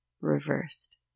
reversed